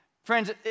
Friends